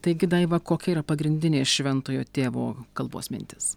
taigi daiva kokia yra pagrindinė šventojo tėvo kalbos mintis